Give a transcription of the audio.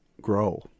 grow